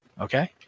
okay